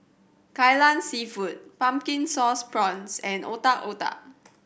Kai Lan Seafood Pumpkin Sauce Prawns and Otak Otak